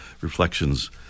Reflections